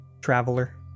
traveler